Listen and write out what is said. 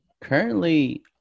currently